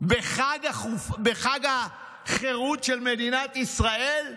בחג החירות של מדינת ישראל?